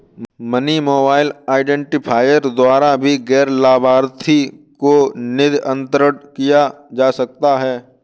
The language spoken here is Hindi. मनी मोबाइल आईडेंटिफायर द्वारा भी गैर लाभार्थी को निधि अंतरण किया जा सकता है